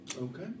Okay